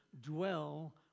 dwell